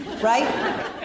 right